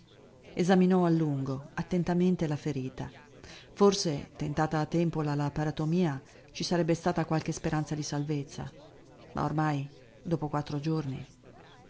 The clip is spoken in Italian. a lungo attentamente la ferita forse tentata a tempo la laparatomia ci sarebbe stata qualche speranza di salvezza ma ormai dopo quattro giorni